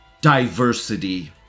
diversity